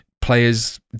players